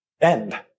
end